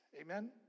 Amen